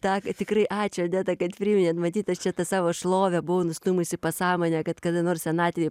tą tikrai ačiū odeta kad priminėt matyt aš čia tą savo šlovę buvau nustūmus į pasąmonę kad kada nors senatvėj